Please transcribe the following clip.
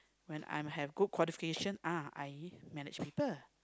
when I have good qualification ah I manage people